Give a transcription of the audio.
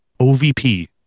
OVP